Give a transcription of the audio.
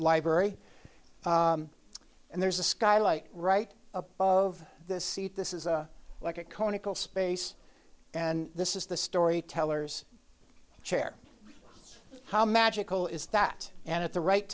library and there's a skylight right above the seat this is like a conical space and this is the storytellers chair how magical is that and at the right